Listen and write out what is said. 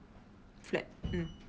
flat mm